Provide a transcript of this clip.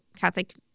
Catholic